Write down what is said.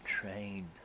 trained